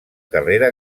carrera